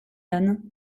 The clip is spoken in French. anne